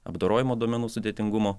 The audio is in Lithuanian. apdorojimo duomenų sudėtingumo